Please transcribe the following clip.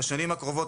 בשנים הקרובות,